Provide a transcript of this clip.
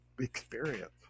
experience